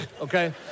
Okay